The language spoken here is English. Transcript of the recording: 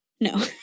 No